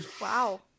Wow